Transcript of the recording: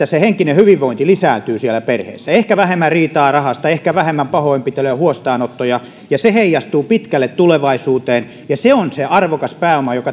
se henkinen hyvinvointi lisääntyy siellä perheessä ehkä vähemmän riitaa rahasta ehkä vähemmän pahoinpitelyjä ja huostaanottoja ja se heijastuu pitkälle tulevaisuuteen ja se on se arvokas pääoma jonka